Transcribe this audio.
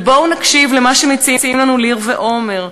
ובואו נקשיב למה שמציעים לנו ליר ועומר,